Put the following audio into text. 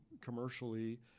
commercially